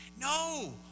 no